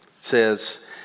says